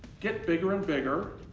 get bigger and bigger.